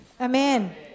Amen